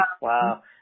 wow